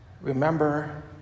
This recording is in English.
remember